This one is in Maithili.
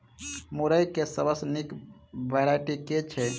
मुरई केँ सबसँ निक वैरायटी केँ छै?